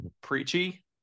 preachy